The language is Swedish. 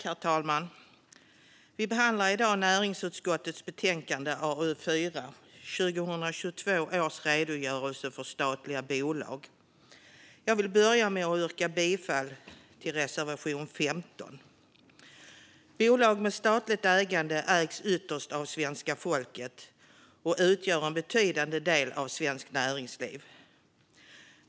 Herr talman! Vi behandlar i dag näringsutskottets betänkande NU4 2022 års redogörelse för företag med statligt ägande . Jag vill börja med att yrka bifall till reservation 15. Bolag med statligt ägande ägs ytterst av svenska folket och utgör en betydande del av svenskt näringsliv.